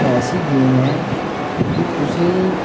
ऐसी game ऐ कि तुसेंगी